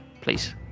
please